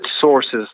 sources